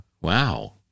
Wow